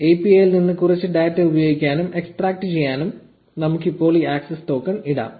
API ൽ നിന്ന് കുറച്ച് ഡാറ്റ ഉപയോഗിക്കാനും എക്സ്ട്രാക്റ്റുചെയ്യാനും നമുക്ക് ഇപ്പോൾ ഈ ആക്സസ് ടോക്കൺ ഇടാം